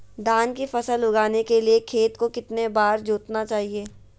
धान की फसल उगाने के लिए खेत को कितने बार जोतना चाइए?